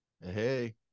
Hey